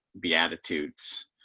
Beatitudes